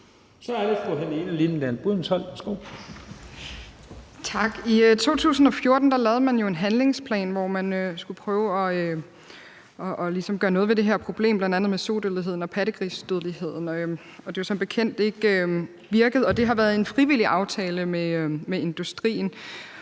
Kl. 12:39 Helene Liliendahl Brydensholt (ALT): Tak. I 2014 lavede man jo en handlingsplan, hvor man skulle prøve ligesom at gøre noget ved det her problem, bl.a. med sodødeligheden og pattegrisdødeligheden, men det har jo som bekendt ikke virket. Det har været en frivillig aftale med industrien.